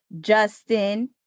Justin